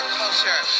culture